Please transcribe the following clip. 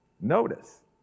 Notice